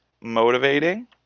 motivating